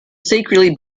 secretly